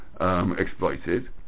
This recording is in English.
exploited